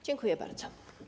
Dziękuję bardzo.